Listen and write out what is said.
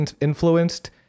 influenced